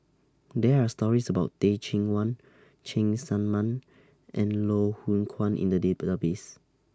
There Are stories about Teh Cheang Wan Cheng Tsang Man and Loh Hoong Kwan in The Database